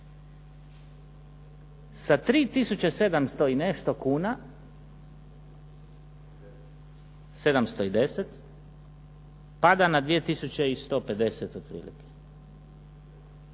i nešto kuna, 710 pada na 2 150 otprilike.